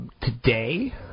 Today